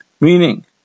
Meaning